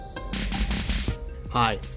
Hi